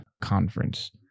conference